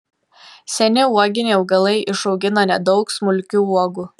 seni uoginiai augalai išaugina nedaug smulkių uogų